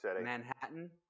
Manhattan